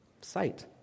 sight